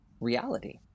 reality